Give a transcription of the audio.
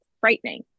frightening